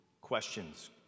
questions